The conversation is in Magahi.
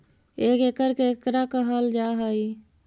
एक एकड़ केकरा कहल जा हइ?